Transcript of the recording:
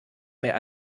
mehr